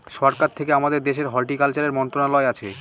সরকার থেকে আমাদের দেশের হর্টিকালচারের মন্ত্রণালয় আছে